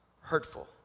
hurtful